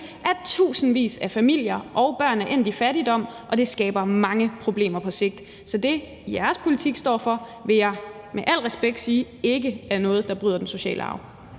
at tusindvis af familier og børn er endt i fattigdom, og det skaber mange problemer på sigt. Så det, jeres politik står for, vil jeg med al respekt sige ikke er noget, der bryder den sociale arv.